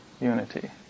unity